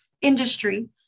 industry